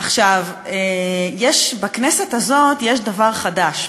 עכשיו, בכנסת הזאת יש דבר חדש.